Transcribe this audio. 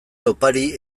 opari